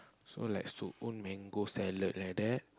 so like mango salad like that